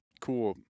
cool